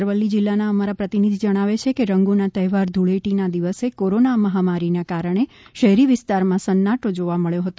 અરવલ્લી જિલ્લાના અમારા પ્રતિનિધિ જણાવે છે કે રંગોના તહેવાર ધૂળેટીના દિવસે કોરોના મહામારીના કારણે શહેરી વિસ્તારમાં સન્નાટો જોવા મળ્યો હતો